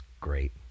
Great